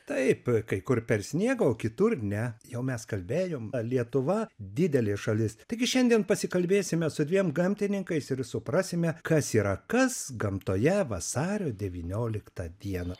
taip kai kur per sniegą o kitur ne jau mes kalbėjom na lietuva didelė šalis taigi šiandien pasikalbėsime su dviem gamtininkais ir suprasime kas yra kas gamtoje vasario devynioliktą dieną